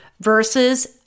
versus